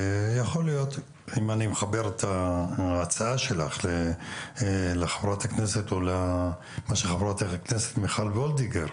אם אני מחבר את ההצעה שלך לדבריה של חברת הכנסת מיכל וולדיגר,